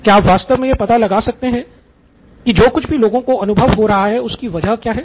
क्या आप वास्तव में यह पता लगा सकते हैं कि जो कुछ भी लोगों को अनुभव हो रहा है उसकी वजह क्या है